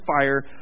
fire